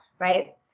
Right